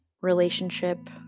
relationship